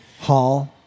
Hall